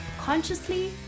consciously